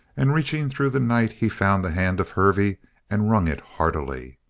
and reaching through the night he found the hand of hervey and wrung it heartily.